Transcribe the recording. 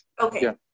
Okay